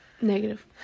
Negative